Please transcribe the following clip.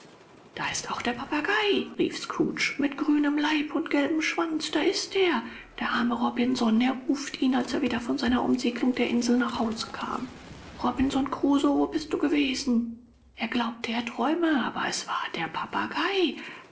da ist auch der papagei rief scrooge mit grünem leib und gelbem schwanz da ist er der arme robinson er rief ihn als er wieder von seiner umsegelung der insel nach haus kam robinson crusoe wo bist du gewesen er glaubte er träume aber es war der papagei